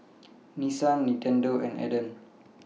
Nissan Nintendo and Aden